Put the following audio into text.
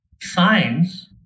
signs